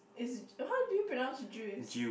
is how do you pronounce Jews